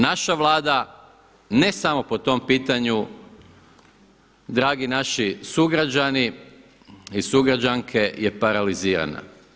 Naša Vlada ne samo po tom pitanju dragi naši sugrađani i sugrađanke je paralizirana.